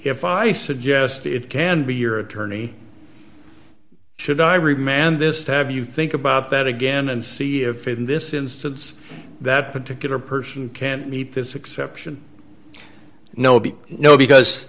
if i suggest it can be your attorney should i remember and this have you think about that again and see if in this instance that particular person can meet this exception no be no because